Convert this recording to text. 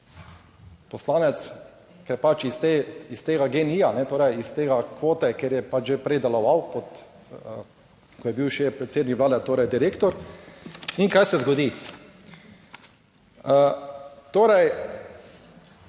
poslanec, ker pač iz tega Gen-i, torej iz te kvote, ker je pač že prej deloval pod, ko je bil še predsednik Vlade, torej direktor. In kaj se zgodi? Torej,